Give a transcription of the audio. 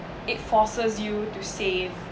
it forces you to save